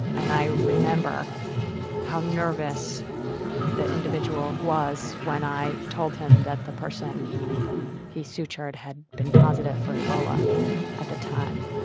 and i remember how nervous the individual was when i told him that the person he he sutured had been positive for ebola at the time.